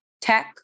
Tech